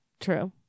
true